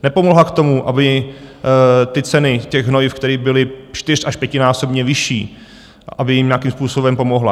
Nepomohla k tomu, aby ty ceny těch hnojiv, které byly čtyř až pětinásobně vyšší, aby jim nějakým způsobem pomohla.